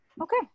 okay